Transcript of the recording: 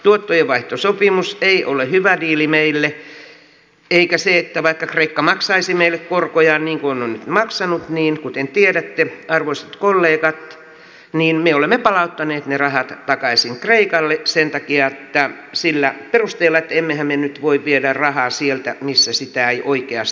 tuottojenvaihtoehtosopimus ei ole hyvä diili meille ja vaikka kreikka maksaisi meille korkojaan niin kuin on maksanut niin kuten tiedätte arvoisat kollegat me olemme palauttaneet ne rahat takaisin kreikalle sen takia ja sillä perusteella että emmehän me nyt voi viedä rahaa sieltä missä sitä ei oikeastaan ole